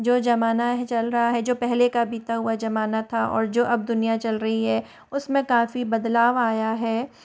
जो जमाना चल रहा है जो पहले का बीता हुआ जमाना था और जो अब दुनिया चल रही है उसमें काफी बदलाव आया है